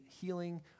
healing